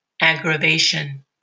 Aggravation